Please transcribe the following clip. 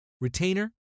Retainer